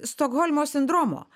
stokholmo sindromo